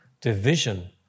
division